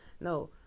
No